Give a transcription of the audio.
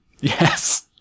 Yes